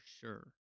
sure